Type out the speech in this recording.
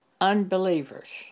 unbelievers